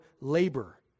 labor